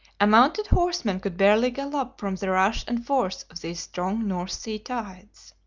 a mounted horseman could barely gallop from the rush and force of these strong north sea tides.